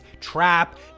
trap